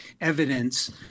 evidence